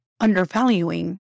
undervaluing